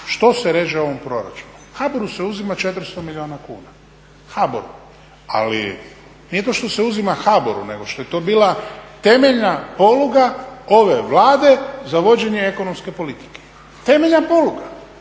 što se reže u ovom proračunu, HBOR-u se uzima 400 milijuna kuna, HBOR-u. Ali nije to što se uzima HBOR-u nego što je to bila temeljna poluga ove Vlade za vođenje ekonomske politike, temeljna poluga.